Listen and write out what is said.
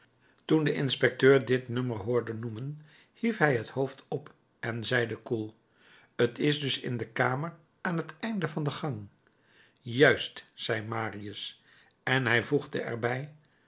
toen de inspecteur dit nummer hoorde noemen hief hij het hoofd op en zeide koel t is dus in de kamer aan t einde van de gang juist zei marius en hij voegde erbij